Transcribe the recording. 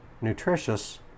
nutritious